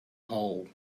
hole